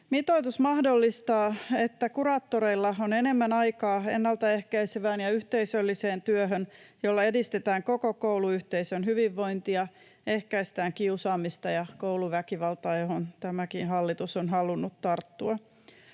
Mitoitus mahdollistaa, että kuraattoreilla on enemmän aikaa ennaltaehkäisevään ja yhteisölliseen työhön, jolla edistetään koko kouluyhteisön hyvinvointia ja ehkäistään kiusaamista ja kouluväkivaltaa, mihin tämäkin hallitus on halunnut tarttua.